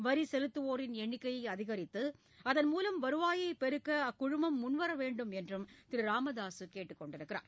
வரி செலுத்துவோரின் எண்ணிக்கையை அதிகரித்து அதன் மூலம் வருவாயை பெருக்க அக்குழுமம் முன்வர வேண்டும் என்றும் திரு ராமதாசு கேட்டுக் கொண்டுள்ளார்